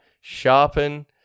Sharpen